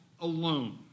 alone